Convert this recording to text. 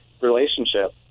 relationship